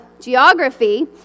geography